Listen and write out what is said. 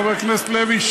חבר הכנסת לוי,